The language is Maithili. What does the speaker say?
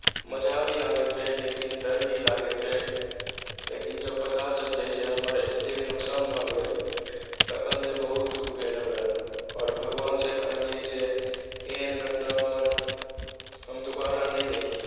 मजा भी आबैत रहै लेकिन डर भी लागैत रहै लेकिन जब पता चललै हमर एतेक नुकसान भऽ गेल तखन तऽ बहुत दुःख भेल हमरा आओर भगवान से कहलियै जे एहन घटना हमर हम दुबारा नहि देखी